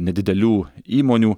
nedidelių įmonių